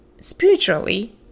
spiritually